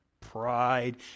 pride